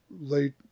late